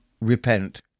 repent